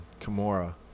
Kimura